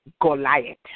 Goliath